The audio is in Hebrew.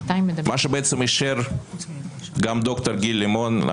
מה שאישר גם ד"ר גיל לימון,